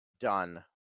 done